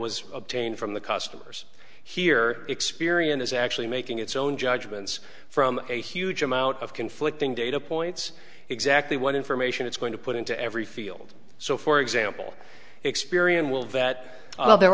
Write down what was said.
was obtained from the customers here experian is actually making its own judgments from a huge amount of conflicting data points exactly what information it's going to put into every field so for example experian will that the